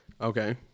Okay